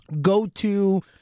go-to